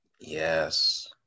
Yes